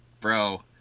bro